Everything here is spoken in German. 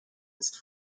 ist